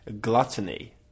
gluttony